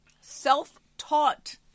self-taught